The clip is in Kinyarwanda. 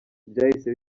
byahise